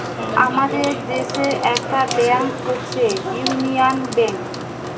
আমাদের দেশের একটা ব্যাংক হচ্ছে ইউনিয়ান ব্যাঙ্ক